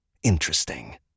interesting